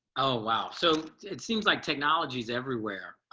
oh, wow. so it seems like technology is everywhere.